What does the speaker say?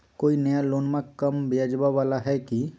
कोइ नया लोनमा कम ब्याजवा वाला हय की?